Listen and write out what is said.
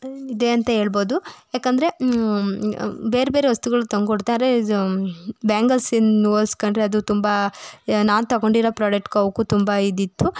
ಇದೆ ಅಂತ ಹೇಳ್ಬೋದು ಯಾಕೆಂದರೆ ಬೇರೆಬೇರೆ ವಸ್ತುಗಳು ತಂಕೊಡ್ತಾರೆ ಬ್ಯಾಂಗಲ್ಸಿಂದ ಹೋಲ್ಸ್ಕಂಡ್ರೆ ಅದು ತುಂಬ ನಾನು ತೊಗೊಂಡಿರೋ ಪ್ರಾಡಕ್ಟ್ಗೂ ಅವಕ್ಕೂ ತುಂಬ ಇದಿತ್ತು